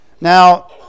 Now